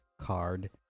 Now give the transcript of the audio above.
card